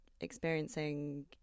experiencing